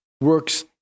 works